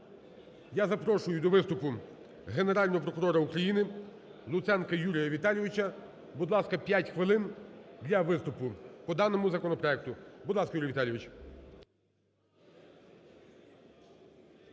Я запрошую до виступу Генерального прокурора України Луценка Юрія Віталійовича. Будь ласка, 5 хвилин для виступу по даному законопроекту. Будь ласка, Юрій Віталійович.